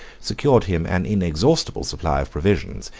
secured him an inexhaustible supply of provisions,